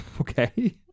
Okay